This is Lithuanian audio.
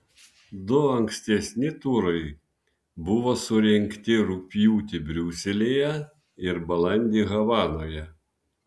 du ankstesni turai buvo surengti rugpjūtį briuselyje ir balandį havanoje